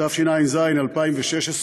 התשע"ז 2016,